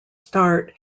start